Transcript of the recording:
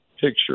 picture